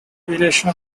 variation